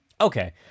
Okay